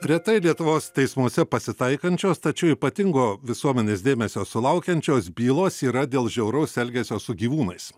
retai lietuvos teismuose pasitaikančios tačiau ypatingo visuomenės dėmesio sulaukiančios bylos yra dėl žiauraus elgesio su gyvūnais